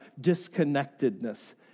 disconnectedness